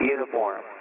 Uniform